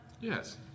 yes